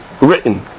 written